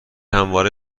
همواره